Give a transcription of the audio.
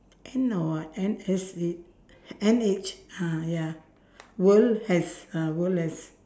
N or what N S H N H ah ya uh